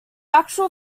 actual